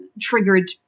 triggered